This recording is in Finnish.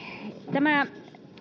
tämä